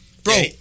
Bro